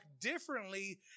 differently